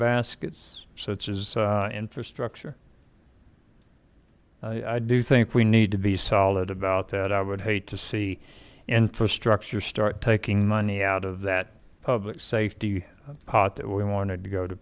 baskets so it's is infrastructure i do think we need to be solid about it i would hate to see infrastructure start taking money out of that public safety pot that we wanted to go to